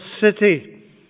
city